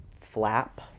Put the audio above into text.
flap